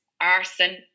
arson